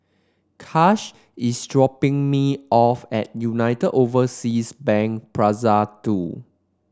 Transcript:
Kash is dropping me off at United Overseas Bank Plaza Two